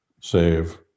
save